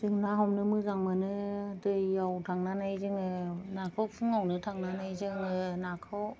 जों ना हमनो मोजां मोनो दैयाव थांनानै जोङो नाखौ फुङावनो थांनानै जोङो नाखौ